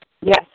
Yes